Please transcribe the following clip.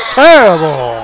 terrible